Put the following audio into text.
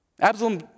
Absalom